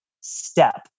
step